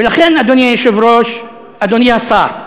ולכן, אדוני היושב-ראש, אדוני השר,